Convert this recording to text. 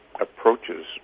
approaches